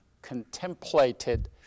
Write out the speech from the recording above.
contemplated